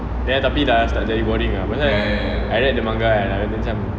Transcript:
then tapi dah start jadi boring ah pasal right I read the manga right and then macam